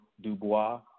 Dubois